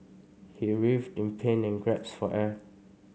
he writhed in pain and grasped for air